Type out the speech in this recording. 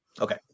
okay